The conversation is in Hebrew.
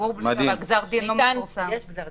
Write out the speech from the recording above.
ניתן גזר דין,